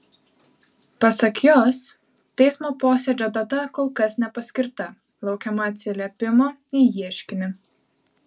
pasak jos teismo posėdžio data kol kas nepaskirta laukiama atsiliepimo į ieškinį